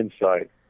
insight